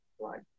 Right